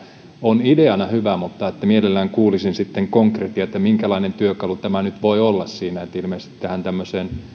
on ideana hyvä mutta mielelläni kuulisin konkretiaa minkälainen työkalu tämä nyt voi olla siinä ilmeisesti tähän tämmöiseen